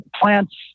Plants